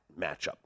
matchup